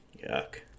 Yuck